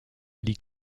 ali